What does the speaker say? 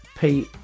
Pete